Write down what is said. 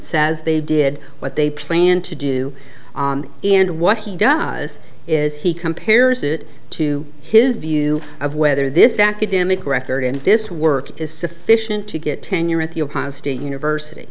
says they did what they plan to do and what he does is he compares it to his view of whether this academic record and this work is sufficient to get tenure at the of hostin university